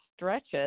stretches